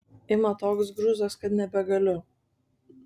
ima toks grūzas kad nebegaliu